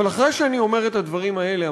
אבל אחרי שאני אומר את הדברים האלה,